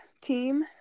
team